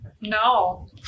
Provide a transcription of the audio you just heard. No